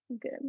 good